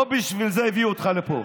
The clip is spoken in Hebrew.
לא בשביל זה הביאו אותך לפה.